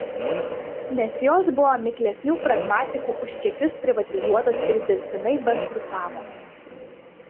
nes jos buvo miklesnių pragmatikų už čekius privatizuotos ir dirbtinai bankrutavo